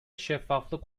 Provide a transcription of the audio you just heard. şeffaflık